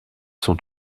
sont